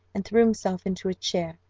and threw himself into a chair,